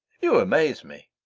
you amaze me.